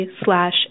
slash